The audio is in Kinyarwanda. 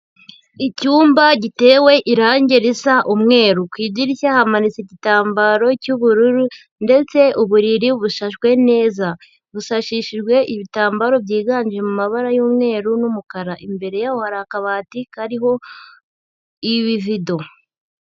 Icyumba gitewe irangi risa umweru, ku idirishya hamanitse igitambaro cy'ubururu ndetse uburiri bushashwe neza, busashishijwe ibitambaro byiganje mu mabara y'umweru n'umukara, imbere yaho hari akabati kariho ibivido.